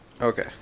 Okay